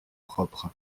propres